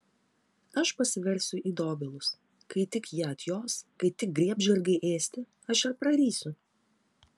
aš pasiversiu į dobilus kai tik jie atjos kai tik griebs žirgai ėsti aš ir prarysiu